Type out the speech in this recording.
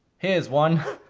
here's one.